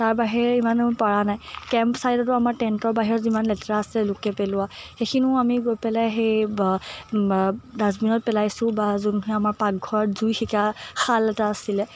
তাৰ বাহিৰে ইমানো পৰা নাই কেম্প ছাইটতো আমাৰ টেণ্টৰ বাহিৰত যিমান লেতেৰা আছিলে লোকে পেলোৱা সেইখিনিও আমি গৈ পেলাই সেই বা ডাষ্টবিনত পেলাইছোঁ বা যোনখিনি আমাৰ পাকঘৰত জুই সেকা শাল এটা আছিলে